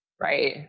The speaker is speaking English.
Right